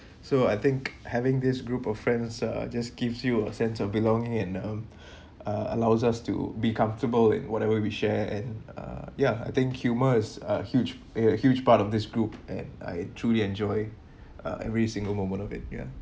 so I think having this group of friends uh just gives you a sense of belonging and um allows us to be comfortable in whatever we share and err ya I think humor is a huge a huge part of this group and I truly enjoy uh every single moment of it ya